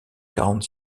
quarante